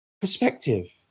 perspective